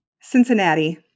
Cincinnati